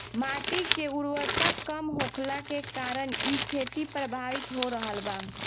माटी के उर्वरता कम होखला के कारण इ खेती प्रभावित हो रहल बा